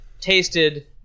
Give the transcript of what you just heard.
tasted